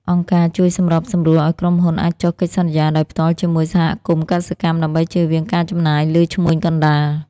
អង្គការជួយសម្របសម្រួលឱ្យក្រុមហ៊ុនអាចចុះកិច្ចសន្យាដោយផ្ទាល់ជាមួយសហគមន៍កសិកម្ម ដើម្បីជៀសវាងការចំណាយលើឈ្មួញកណ្ដាល។